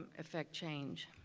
effect change,